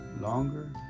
longer